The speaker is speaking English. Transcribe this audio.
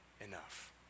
enough